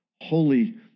holy